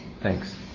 Thanks